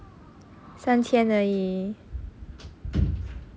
三千而已